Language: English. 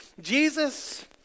jesus